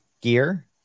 gear